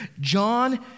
John